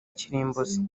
kirimbuzi